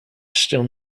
still